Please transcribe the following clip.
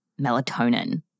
melatonin